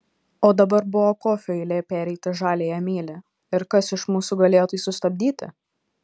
o dabar buvo kofio eilė pereiti žaliąja mylia ir kas iš mūsų galėjo tai sustabdyti